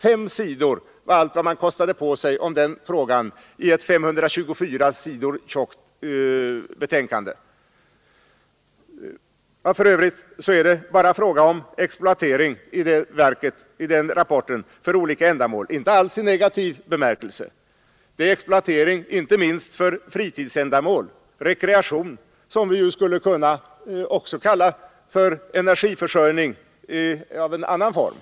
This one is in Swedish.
Fem sidor var allt vad man kostade på sig i den frågan i ett 524 sidor tjockt betänkande. För övrigt handlar det bara om exploatering för olika ändamål — här inte alls sagt i negativ bemärkelse. Det är exploatering för inte minst fritidsändamål, rekreation som vi också skulle kunna kalla energiförsörjning i en annan form.